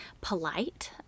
polite